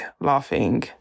laughing